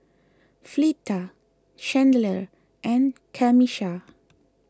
Fleeta Chandler and Camisha